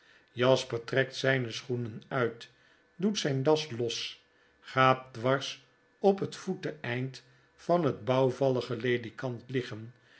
jasper trekt zyne schoenen uit doet zijn das los gaat dwars op het voeteneind van het bouwvallige ledikant liggen